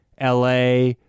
LA